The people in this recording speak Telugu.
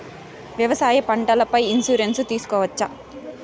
వ్యవసాయ పంటల పై ఇన్సూరెన్సు తీసుకోవచ్చా?